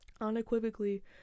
unequivocally